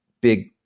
big